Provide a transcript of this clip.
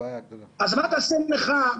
אז מה תעשה נכה,